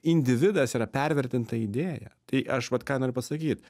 individas yra pervertinta idėja tai aš vat ką noriu pasakyt